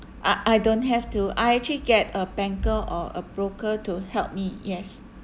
I I don't have to I actually get a banker or a broker to help me yes